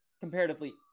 comparatively